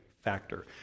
factor